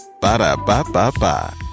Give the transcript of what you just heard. Ba-da-ba-ba-ba